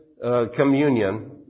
communion